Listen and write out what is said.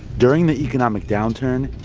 during the economic downturn,